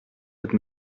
votre